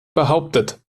behauptet